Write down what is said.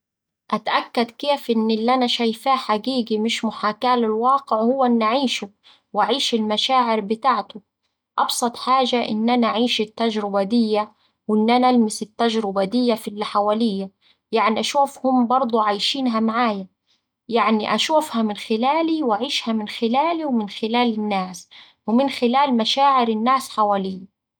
أتأكد كيف إن اللي أنا شايفاه حقيقي مش محاكاة للواقع هو إني أعيشه وأعيش المشاعر بتاعته، أبسط حاجة إن أنا أعيش التجربة دية وإن أنا ألمس التجربة دية في اللي حواليا يعني أشوفهم برده عايشينها معايا. يعني أشوفها من خلالي وأعيشها من خلالي ومن خلال الناس ومن خلال مشاعر الناس حواليا.